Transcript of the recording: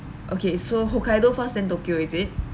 okay so hokkaido first then tokyo is it